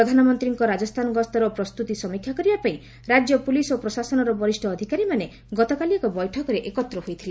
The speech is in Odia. ପ୍ରଧାନମନ୍ତ୍ରୀଙ୍କ ରାଜସ୍ଥାନ ଗସ୍ତର ପ୍ରସ୍ତୁତି ସମୀକ୍ଷା କରିବାପାଇଁ ରାଜ୍ୟ ପୁଲିସ୍ ଓ ପ୍ରଶାସନର ବରିଷ୍ଣ ଅଧିକାରୀମାନେ ଗତକାଲି ଏକ ବୈଠକରେ ଏକତ୍ର ହୋଇଥିଲେ